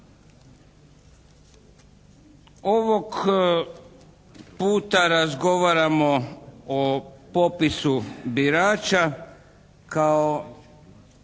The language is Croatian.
ovog puta razgovaramo o popisu birača kao